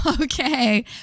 Okay